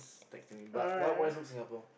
texting me but what what is there to do Singapore